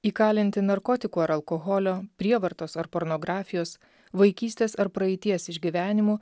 įkalinti narkotikų ar alkoholio prievartos ar pornografijos vaikystės ar praeities išgyvenimų